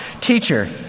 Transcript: Teacher